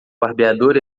barbeador